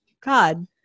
God